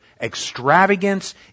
extravagance